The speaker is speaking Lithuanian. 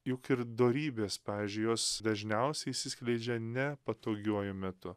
juk ir dorybės pavyzdžiui jos dažniausiai išsiskleidžia ne patogiuoju metu